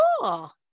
cool